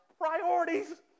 priorities